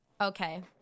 okay